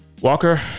Walker